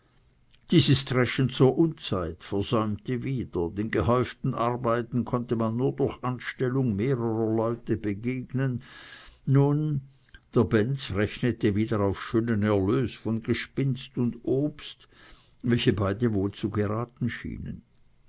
dieses dreschen zur unzeit versäumte wieder den gehäuften arbeiten konnte man nur durch anstellung mehrerer leute begegnen nun der benz rechnete wieder auf schönen erlös von gespinnst und obst welche beide wohl zu geraten schienen